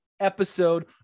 episode